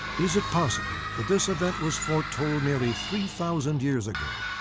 is it possible that this event was foretold nearly three thousand years ago?